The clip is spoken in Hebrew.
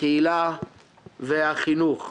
הקהילה והחינוך.